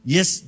Yes